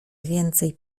więcej